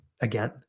again